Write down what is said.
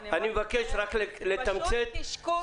פשוט קשקוש מוחלט.